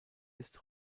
ist